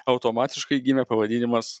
automatiškai gimė pavadinimas